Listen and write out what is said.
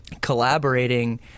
collaborating